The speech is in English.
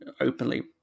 openly